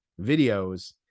videos